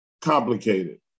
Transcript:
complicated